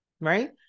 Right